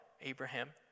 Abraham